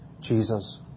Jesus